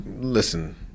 Listen